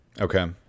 Okay